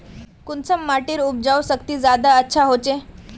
कुंसम माटिर उपजाऊ शक्ति ज्यादा अच्छा होचए?